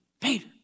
Peter